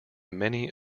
many